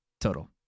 total